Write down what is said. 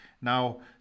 Now